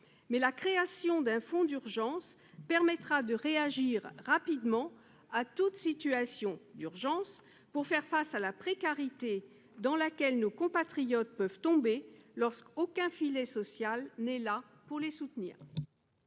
mais la création d'un fonds d'urgence permettra de réagir rapidement à toute situation d'urgence pour faire face à la précarité dans laquelle nos compatriotes peuvent tomber, lorsqu'aucun filet social n'est là pour les soutenir.